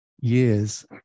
years